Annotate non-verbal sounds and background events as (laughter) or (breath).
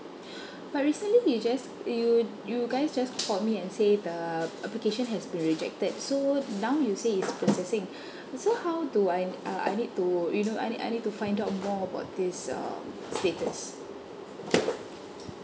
(breath) but recently they just you you guys just called me and say the application has been rejected so now you say is processing so how do I uh I need to you know I need I need to find out more about this um status